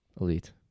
Elite